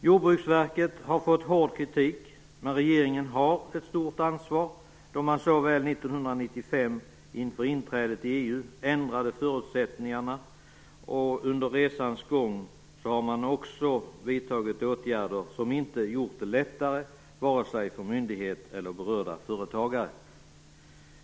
Jordbruksverket har fått hård kritik, men regeringen har ett stort ansvar, då man 1995 inför inträdet i EU ändrade förutsättningarna och under resans gång vidtagit åtgärder som inte gjort det lättare vare sig för myndighet eller för berörda företagare.